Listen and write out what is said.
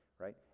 right